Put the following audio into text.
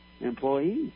employees